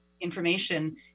information